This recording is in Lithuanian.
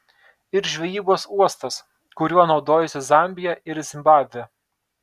ir žvejybos uostas kuriuo naudojasi zambija ir zimbabvė